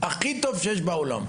הכי טוב בעולם.